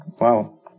Wow